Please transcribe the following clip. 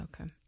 Okay